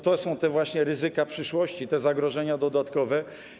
To są właśnie te ryzyka przyszłości, te zagrożenia dodatkowe.